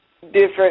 different